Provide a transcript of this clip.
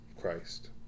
Christ